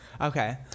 okay